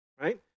right